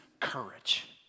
courage